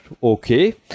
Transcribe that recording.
okay